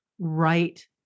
right